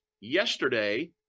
yesterday